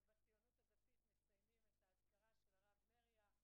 ובציונות הדתית מציינים את האזכרה של הרב נריה,